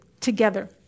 together